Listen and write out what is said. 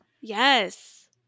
Yes